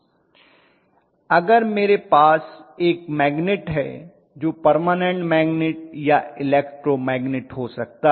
professor अगर मेरे पास एक मैग्निट है जो परमानेन्ट मैगनेट या इलेक्ट्रोमैग्निट हो सकता है